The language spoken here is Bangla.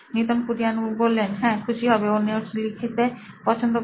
নিতিন কুরিয়ান সি ও ও নোইন ইলেক্ট্রনিক্স হ্যাঁ খুশি হবে ও নোটস লিখতে পছন্দ করে